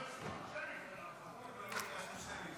התשפ"ה 2024,